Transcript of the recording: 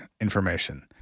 information